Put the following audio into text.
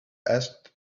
asked